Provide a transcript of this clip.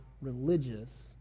religious